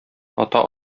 ата